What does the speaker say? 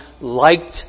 liked